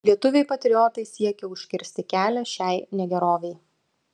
lietuviai patriotai siekė užkirsti kelią šiai negerovei